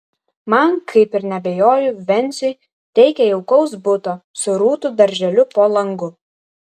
man kaip ir neabejoju venciui reikia jaukaus buto su rūtų darželiu po langu